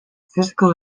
physical